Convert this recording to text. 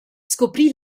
scoprì